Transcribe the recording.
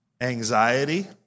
anxiety